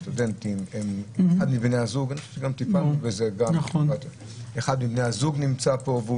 כגון סטודנטים או אחד מבני הזוג נמצא פה והוא